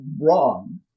wrong